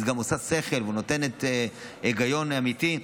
היא גם הגיונית ונותנת היגיון אמיתי,